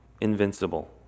invincible